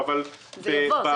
זה יבוא.